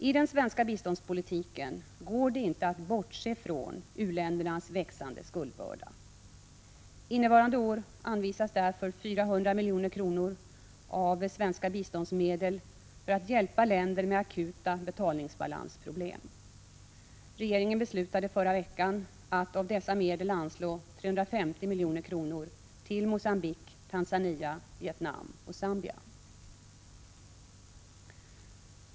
I den svenska biståndspolitiken går det inte att bortse från u-ländernas växande skuldbörda. Innevarande budgetår anvisas därför 400 milj.kr. av svenska biståndsmedel för att hjälpa länder med akuta betalningsbalansproblem. Regeringen beslutade förra veckan att av dessa medel anslå 350 milj.kr. till Mogambique, Tanzania, Vietnam och Zambia.